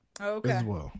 Okay